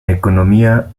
economía